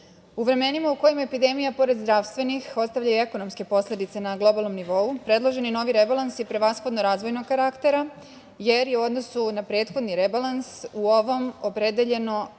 vremenima u kojima epidemija pored zdravstvenih ostavlja i ekonomske posledice na globalnom nivou, predloženi novi rebalans je prevashodno razvojnog karaktera, jer je u odnosu na prethodni rebalans u ovom opredeljeno 388,9